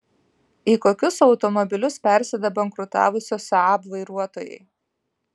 į kokius automobilius persėda bankrutavusio saab vairuotojai